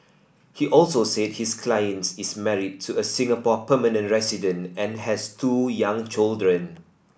he also said his client is married to a Singapore permanent resident and has two young children